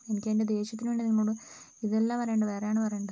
എനിക്ക് എൻ്റെ ദേഷ്യത്തിന് വേണ്ടി നിങ്ങളോട് ഇതല്ല പറയേണ്ടത് വേറെ ആണ് പറയേണ്ടത്